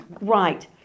Right